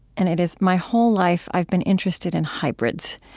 and it is my whole life i've been interested in hybrids.